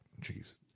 Jeez